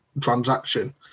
transaction